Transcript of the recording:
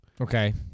Okay